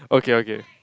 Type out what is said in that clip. okay okay